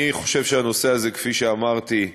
אני חושב שהנושא הזה, כפי שאמרתי,